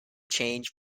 change